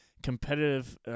Competitive